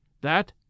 that